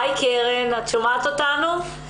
אחר כך, מצד שני, את אומרת: האוצר.